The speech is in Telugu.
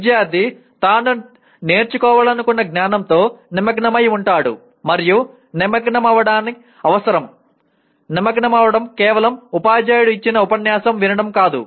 విద్యార్ధి తాను నేర్చుకోవాలనుకున్న జ్ఞానంతో నిమగ్నమై ఉంటాడు మరియు నిమగ్నమవ్వడం అవసరం నిమగ్నమవ్వడం కేవలం ఉపాధ్యాయుడు ఇచ్చిన ఉపన్యాసం వినడం కాదు